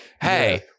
hey